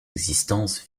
existences